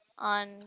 on